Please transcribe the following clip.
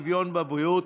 בבריאות,